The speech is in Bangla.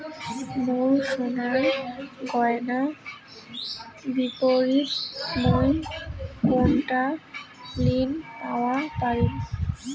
মোর সোনার গয়নার বিপরীতে মুই কোনঠে ঋণ পাওয়া পারি?